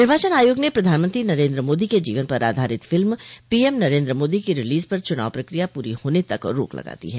निर्वाचन आयोग ने प्रधानमंत्री नरेन्द्र मोदी के जीवन पर आधारित फिल्म पीएम नरेन्द्र मोदी की रिलीज पर चुनाव प्रक्रिया पूरी होने तक रोक लगा दी है